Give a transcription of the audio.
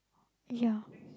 ya